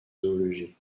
zoologie